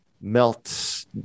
melt